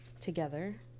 together